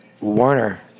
Warner